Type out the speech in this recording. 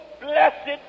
blessed